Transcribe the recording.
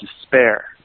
despair